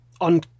on